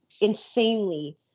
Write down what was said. insanely